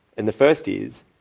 and the first is,